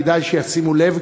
כדאי שישימו לב,